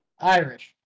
Irish